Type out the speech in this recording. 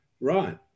Right